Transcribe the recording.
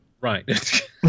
Right